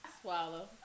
Swallow